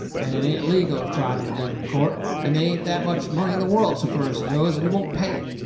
and it ain't legal if tried in a bigger court, and they ain't that much money in the world so fur as he knows, and he won't pay it.